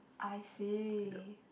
I see